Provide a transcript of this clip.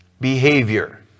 behavior